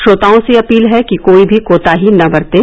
श्रोताओं से अपील है कि कोई भी कोताही न बरतें